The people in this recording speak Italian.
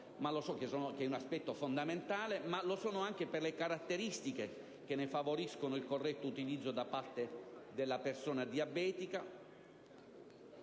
diagnostico, che è un aspetto fondamentale, ma anche per le caratteristiche che ne favoriscono il corretto utilizzo da parte della persona diabetica,